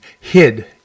hid